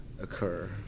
occur